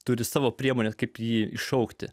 turi savo priemones kaip jį iššaukti